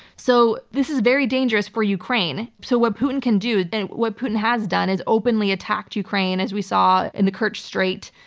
so, this is very dangerous for ukraine, so what putin can do and what putin has done is openly attacked ukraine as we saw in the kerch strait,